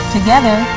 Together